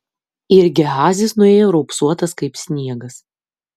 ir gehazis nuėjo raupsuotas kaip sniegas